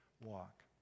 walk